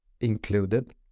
included